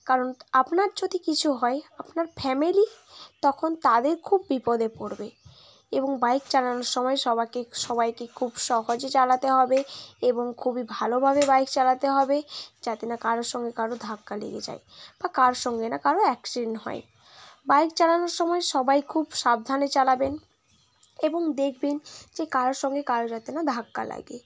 কারণ আপনার যদি কিছু হয় আপনার ফ্যামিলি তখন তাদের খুব বিপদে পড়বে এবং বাইক চালানোর সময় সবাইকে সবাইকেই খুব সহজে চালাতে হবে এবং খুবই ভালোভাবে বাইক চালাতে হবে যাতে না কারোর সঙ্গে কারোর ধাক্কা লেগে যায় বা কারোর সঙ্গে না কারও অ্যাক্সিডেন্ট হয় বাইক চালানোর সময় সবাই খুব সাবধানে চালাবেন এবং দেখবেন যে কারোর সঙ্গে কারও যাতে না ধাক্কা লাগে